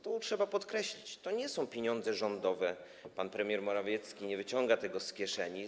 Tu trzeba podkreślić, że to nie są pieniądze rządowe, pan premier Morawiecki nie wyciąga tego z kieszeni.